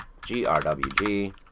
GRWG